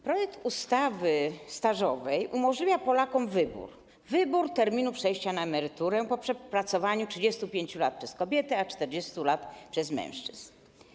Projekt ustawy stażowej umożliwia Polakom wybór terminu przejścia na emeryturę po przepracowaniu 35 lat przez kobiety, a 40 lat przez mężczyzn.